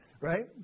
Right